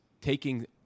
taking